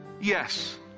Yes